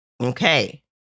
Okay